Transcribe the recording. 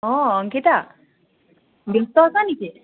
অঁ অংকিতা ব্যস্ত আছা নেকি